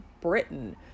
Britain